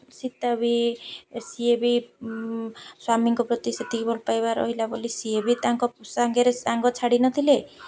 ସୀତା ବିି ସିଏ ବି ସ୍ୱାମୀଙ୍କ ପ୍ରତି ସେତିକି ଭଲ ପାଇବା ରହିଲା ବୋଲି ସିଏ ବି ତାଙ୍କ ସାଙ୍ଗରେ ସାଙ୍ଗ ଛାଡ଼ିନଥିଲେ